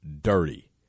dirty